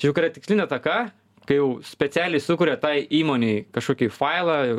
čia juk yra tikslinė ataka kai jau specialiai sukuria tai įmonei kažkokį failą